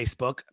Facebook